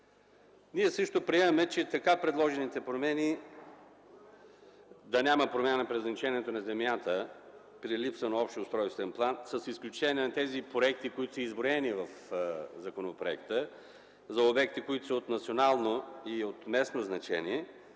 Ние също приемаме, че така предложените промени – да няма промяна в предназначението на земята при липса на общ устройствен план, с изключение на проектите, изброени в законопроекта, за обекти от национално и местно значение,